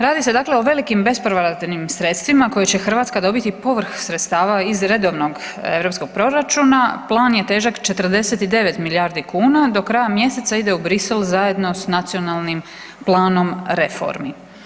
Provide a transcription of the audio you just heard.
Radi se dakle o velikim bespovratnim sredstvima koje će Hrvatska dobiti povrh sredstava iz redovnog europskog proračuna, plan je težak 49 milijardi kuna, do kraja mjeseca ide u Bruxelles zajedno sa Nacionalnim planom reformi.